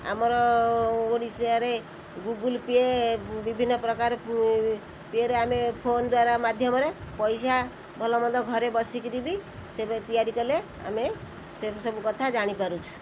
ଆମର ଓଡ଼ିଶାରେ Google Pay' ବିଭିନ୍ନପ୍ରକାର ପେ'ରେ ଆମେ ଫୋନ୍ ଦ୍ଵାରା ମାଧ୍ୟମରେ ପଇସା ଭଲମନ୍ଦ ଘରେ ବସିକରିବି ତିଆରି କଲେ ଆମେ ସେସବୁ କଥା ଜାଣିପାରୁଛୁ